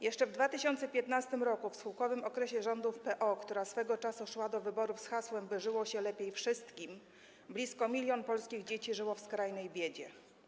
Jeszcze w 2015 r. w schyłkowym okresie rządów PO, która swego czasu szła do wyborów z hasłem: By żyło się lepiej wszystkim, blisko 1 mln polskich dzieci żyło w skrajnej biedzie.